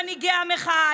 מנהיגי המחאה,